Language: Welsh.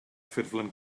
ffurflen